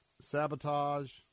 sabotage